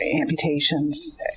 amputations